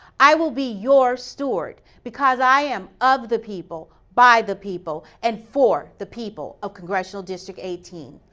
i will be your steward, because i am of the people, by the people, and for the people of congressional district eighteen.